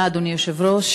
אדוני היושב-ראש,